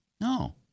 No